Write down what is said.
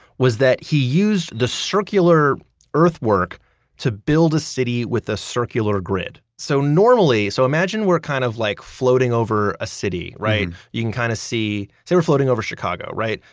was that he used the circular earthwork to build a city with a circular grid. so normally, so imagine we're kind of like floating over a city, right? you can kind of see, say we're floating over chicago, right?